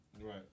Right